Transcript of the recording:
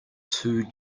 too